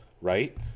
right